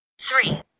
three